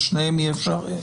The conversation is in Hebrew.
בשניהם אי אפשר.